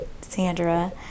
Sandra